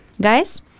Guys